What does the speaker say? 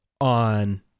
on